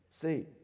See